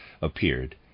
appeared